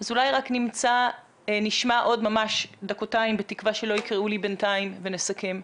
אולי רק נשמע ממש דקותיים בתקווה שלא יקראו לי בינתיים ונסכם.